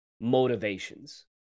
motivations